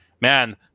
Man